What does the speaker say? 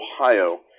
Ohio